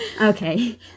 Okay